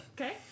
Okay